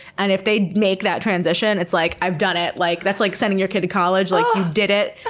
and if they make that transition, it's like i've done it. like that's like sending your kid to college. like, you did it,